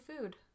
food